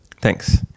Thanks